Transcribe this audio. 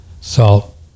salt